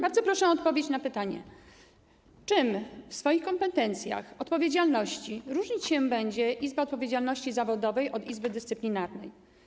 Bardzo proszę o odpowiedź na pytanie: Czym w swoich kompetencjach, jeżeli chodzi o odpowiedzialność różnić się będzie Izba Odpowiedzialności Zawodowej od Izby Dyscyplinarnej?